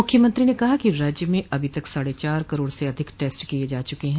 मुख्यमंत्री ने कहा कि राज्य में अभी तक साढ़े चार करोड़ से अधिक टेस्ट किये जा चुके हैं